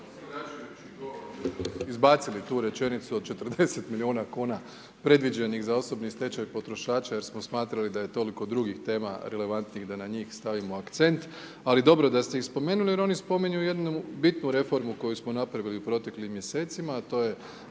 tu rečenicu od 40 milijuna kuna predviđenih za osobni stečaj potrošača jer smo smatrali da toliko drugih tema relevantnijih da na njih stavimo akcent. Ali dobro da ste ih spomenuli jer oni spominju jednu bitnu reformu koju smo napravili u proteklim mjesecima, a to je